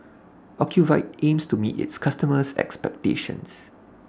Ocuvite aims to meet its customers' expectations